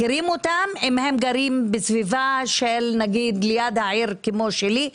מכירים אותם אם הם גרים בסביבה נגיד ליד העיר כמו שלי,